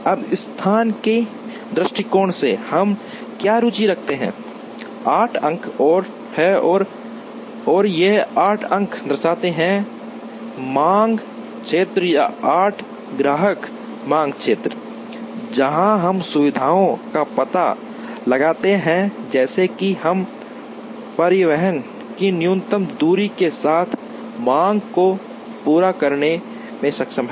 अब स्थान के दृष्टिकोण से हम क्या रुचि रखते हैं 8 अंक हैं और ये 8 अंक दर्शाते हैं मांग क्षेत्र या 8 ग्राहक मांग क्षेत्र जहां हम सुविधाओं का पता लगाते हैं जैसे कि हम परिवहन की न्यूनतम दूरी के साथ मांग को पूरा करने में सक्षम हैं